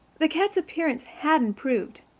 the cat's appearance had improved.